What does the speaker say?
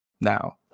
Now